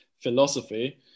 philosophy